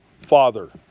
father